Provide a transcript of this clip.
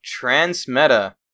Transmeta